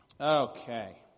Okay